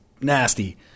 nasty